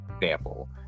example